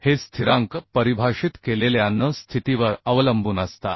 हे स्थिरांक परिभाषित केलेल्या n स्थितीवर अवलंबून असतात